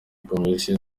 komisiyo